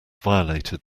violated